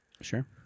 Sure